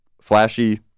flashy